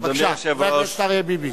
בבקשה, חבר הכנסת אריה ביבי.